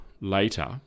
later